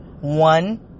One